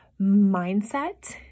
mindset